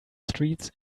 streets